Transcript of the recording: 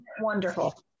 wonderful